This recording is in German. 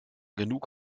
genug